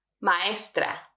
Maestra